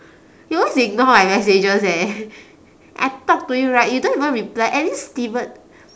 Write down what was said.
you always ignore my messages eh I talk to you right you don't even reply at least steven